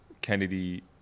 Kennedy